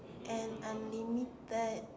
and unlimited